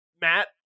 Matt